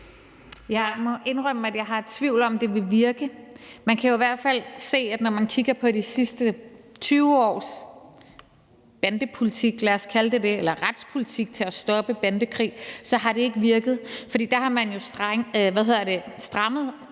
Jeg må indrømme, at jeg har tvivl om, om det ville virke. Man kan jo i hvert fald se, når man kigger på de sidste 20 års bandepolitik, kan vi kalde det, eller retspolitik i forhold til at stoppe bandekrig, så har det ikke virket. Der har man jo strammet